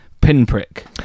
pinprick